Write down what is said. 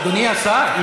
אדוני השר,